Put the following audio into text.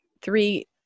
three